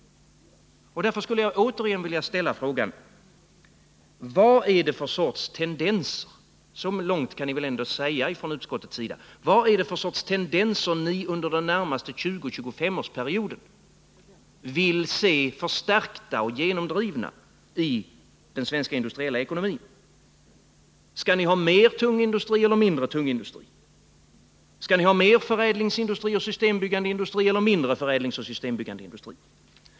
Därför skulle jag återigen vilja ställa frågan: Vad är det för sorts tendenser —det kan ni väl ändå från utskottets sida svara på — som ni under den närmaste 20-25-årsperioden vill se förstärkta och genomdrivna i den svenska industriella ekonomin? Skall ni ha mer av tung industri eller mindre av tung industri? Skall ni ha mer förädlingsindustri och systembyggande industri eller mindre förädlingsoch systembyggande industri?